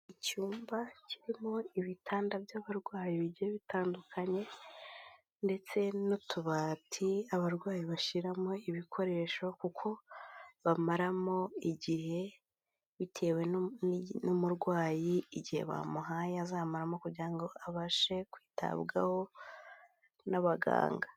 Icyumba kirimo ibitanda by'abarwayi bigiye bitandukanye ndetse n'utubati abarwayi bashiramo ibikoresho, kuko bamaramo igihe bitewe n'umurwayi igihe bamuhaye azamaramo, kugira ngo abashe kwitabwaho n'abaganga.